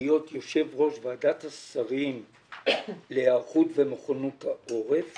להיות יושב ראש ועדת השרים להיערכות ומוכנות העורף